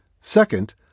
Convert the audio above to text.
Second